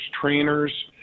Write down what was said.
trainers